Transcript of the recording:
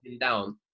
down